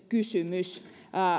kysymys